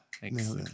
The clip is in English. Thanks